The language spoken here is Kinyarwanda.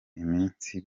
iminsi